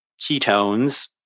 ketones